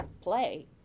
play